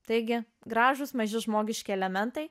taigi gražūs maži žmogiški elementai